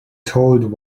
told